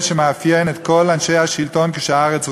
שמאפיינים את כל אנשי השלטון כשהארץ רועדת.